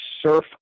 surf